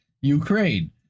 Ukraine